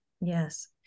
Yes